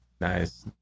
nice